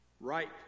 Right